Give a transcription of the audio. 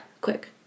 quick